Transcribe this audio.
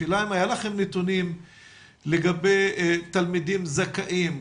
השאלה אם היה לכם נתונים לגבי תלמידים זכאים,